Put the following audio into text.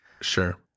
sure